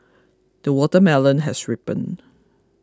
the watermelon has ripened